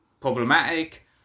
problematic